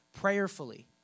prayerfully